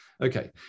Okay